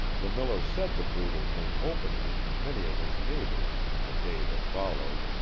the miller said the brutal thing openly to many of his neighbors in the day that followed